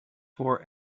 for